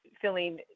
feeling